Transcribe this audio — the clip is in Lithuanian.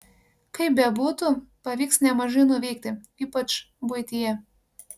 kaip bebūtų pavyks nemažai nuveikti ypač buityje